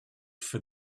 for